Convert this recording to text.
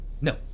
No